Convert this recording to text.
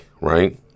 right